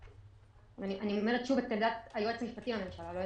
אני אומרת שוב את עמדת היועץ המשפטי לממשלה,